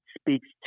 speaks